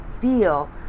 feel